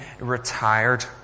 retired